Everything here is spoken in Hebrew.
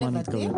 במקום נבטים?